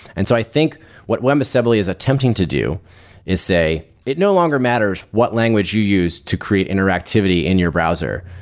and so i think what webassembly is attempting to do is say, it no longer matters what language you use to create interactivity in your browser.